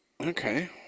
Okay